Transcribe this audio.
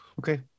Okay